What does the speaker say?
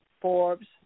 Forbes